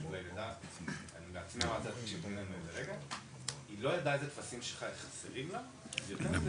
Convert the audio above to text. היא לא ידעה איזה טפסים חסרים לה ויותר מזה,